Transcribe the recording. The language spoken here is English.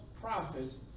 prophets